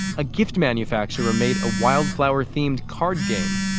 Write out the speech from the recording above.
a gift manufacturer made a wildflower-themed card game.